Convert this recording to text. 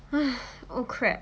oh crap